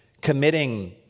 committing